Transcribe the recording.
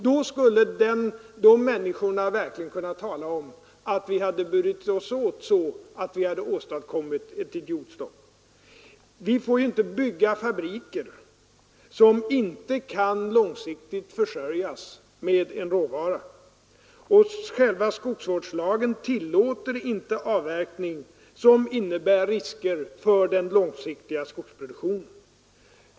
Då skulle den tidens människor verkligen kunna tala om att vi hade burit oss åt så, att vi hade åstadkommit ett idiotstopp. Vi får inte bygga fabriker som inte långsiktigt kan försörjas med en råvara. Själva skogsvårdslagen tillåter inte avverkning som innebär risker för den långsiktiga skogsproduktionen.